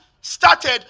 started